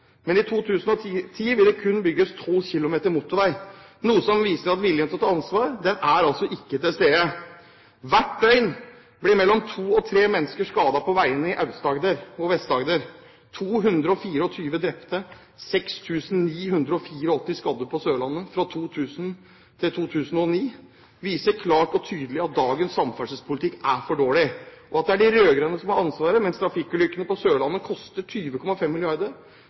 å ta ansvar ikke er til stede. Hvert døgn blir mellom to og tre mennesker skadet på veiene i Aust-Agder og Vest-Agder. 224 drepte og 6 984 skadde på Sørlandet fra 2000 til 2009 viser klart og tydelig at dagens samferdselspolitikk er for dårlig, og det er de rød-grønne som har ansvaret. Mens trafikkulykkene på Sørlandet koster 20,5